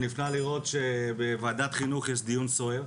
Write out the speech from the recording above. זה נפלא לראות שבוועדת החינוך יש דיון סוער.